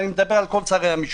ואני מדבר על כל שרי המשפטים.